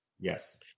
Yes